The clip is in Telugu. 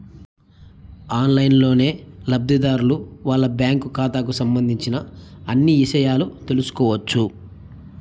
ఆన్లైన్లోనే లబ్ధిదారులు వాళ్ళ బ్యాంకు ఖాతాకి సంబంధించిన అన్ని ఇషయాలు తెలుసుకోవచ్చు